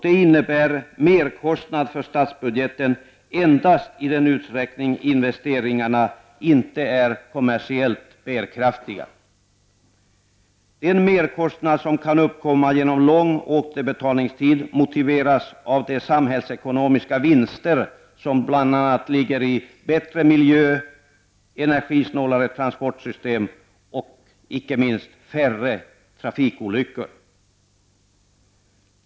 Det innebär merkostnader för statsbudgeten endast i den utsträckning investeringarna inte är kommersiellt bärkraftiga. Den merkostnad som kan uppkomma genom lång återbetalningstid motiveras av de samhällsekonomiska vinster som bl.a. ligger i bättre miljö, energisnålare transportsystem och icke minst färre trafikolyckor.